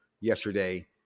yesterday